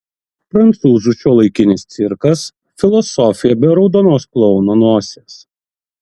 prancūzų šiuolaikinis cirkas filosofija be raudonos klouno nosies